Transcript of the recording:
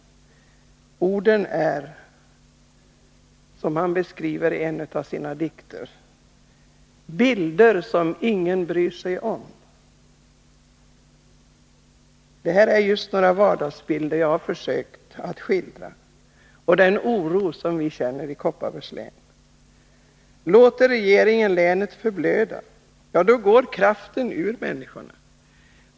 Orden är, som han skriver i en av sina dikter: ”Bilder som ingen bryr sig om.” Det är just några vardagsbilder jag försökt skildra och den oro vi alla känner i Kopparbergs län. Låter regeringen länet förblöda, då går kraften ur människorna.